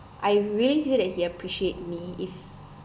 I really feel that he appreciate me if